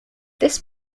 this